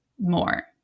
more